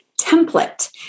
template